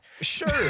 sure